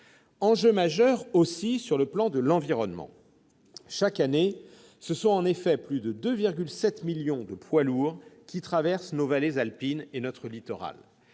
enjeu majeur, également, sur le plan de l'environnement. Chaque année, ce sont en effet plus de 2,7 millions de poids lourds qui traversent nos vallées alpines et notre littoral.